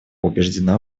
убеждена